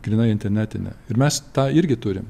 grynai internetinę ir mes tą irgi turim